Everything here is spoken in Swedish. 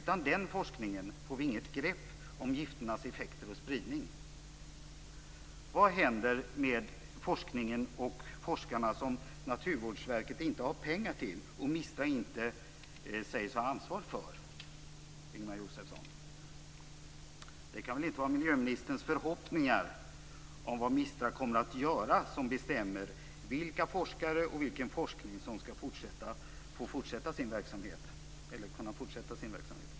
Utan den forskningen får vi inget grepp om gifternas effekter och spridning. Naturvårdsverket inte har pengar till och MISTRA inte sägs ha ansvar för, Ingemar Josefsson? Det kan väl inte vara miljöministerns förhoppningar om vad MISTRA kommer att göra som bestämmer vilka forskare och vilken forskning som skall få fortsätta sin verksamhet?